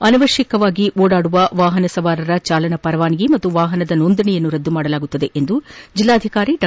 ಅನವಶ್ಯಕವಾಗಿ ಓಡಾಡುವ ವಾಪನ ಸವಾರರ ಚಾಲನಾ ಪರವಾನಗಿ ಹಾಗೂ ವಾಹನದ ನೋಂದಣಿಯನ್ನು ರದ್ದು ಮಾಡಲಾಗುವುದು ಎಂದು ಜಿಲ್ಲಾಧಿಕಾರಿ ಡಾ